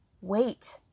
wait